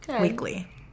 Weekly